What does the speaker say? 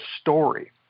story